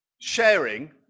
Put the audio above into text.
sharing